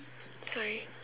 sorry